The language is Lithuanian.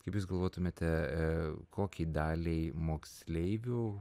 kaip jūs galvotumėte kokiai daliai moksleivių